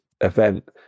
event